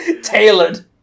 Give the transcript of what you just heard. Tailored